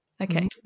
Okay